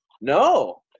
No